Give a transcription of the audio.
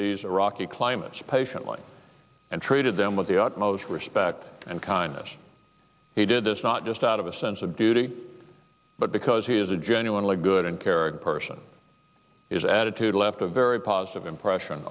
these iraqi climates patiently and treated them with the utmost respect and kindness he did this not just out of a sense of duty but because he is a genuinely good and caring person is attitude left a very positive impression